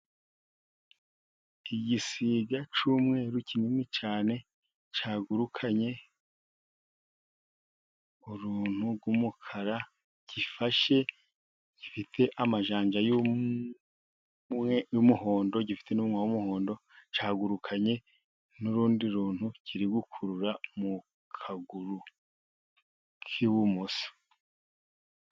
Igisiga cy'umweru kinini cyane, cyagurukanye uruntu rw'umukara gifashe, gifite amajanja y'umweru n'umuhondo, gifite n'umunwa w'umuhondo, cyagurukanye n'urundi runtu kiri gukurura, mu kaguru k'ibumoso.